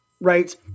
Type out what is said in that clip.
right